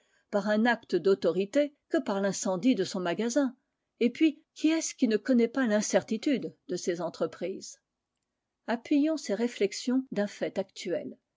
par un acte d'autorité que par l'incendie de son magasin et puis qui est-ce qui ne connaît pas l'incertitude de ses entreprises appuyons ces réflexions d'un fait actuel